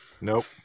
Nope